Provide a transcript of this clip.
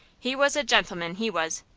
he was a gentleman, he was.